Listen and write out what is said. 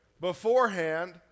beforehand